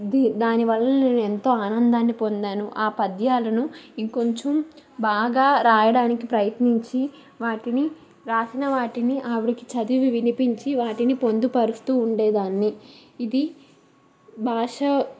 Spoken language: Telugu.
ది దానివల్ల నేను ఎంతో ఆనందాన్ని పొందాను ఆ పద్యాలను ఇంకొంచెం బాగా రాయడానికి ప్రయత్నించి వాటిని రాసిన వాటిని ఆవిడకి చదివి వినిపించి వాటిని పొందుపరుస్తూ ఉండేదాన్ని ఇది భాష